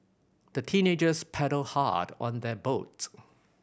the teenagers paddled hard on their boat